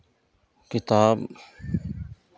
किताब